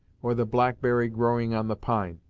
or the blackberry growing on the pine.